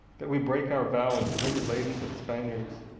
that we break our vow and surrender leyden to the spaniards?